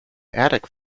attic